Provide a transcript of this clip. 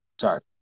Sorry